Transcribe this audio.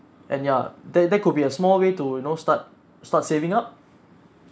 and ya there there could be a small way to you know start start saving up